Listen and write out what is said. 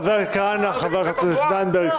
חבר הכנסת כהנא, חברת הכנסת זנדברג.